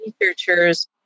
researchers